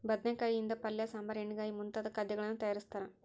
ಬದನೆಕಾಯಿ ಯಿಂದ ಪಲ್ಯ ಸಾಂಬಾರ್ ಎಣ್ಣೆಗಾಯಿ ಮುಂತಾದ ಖಾದ್ಯಗಳನ್ನು ತಯಾರಿಸ್ತಾರ